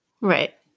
right